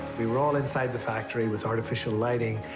we were all inside the factory with artificial lighting,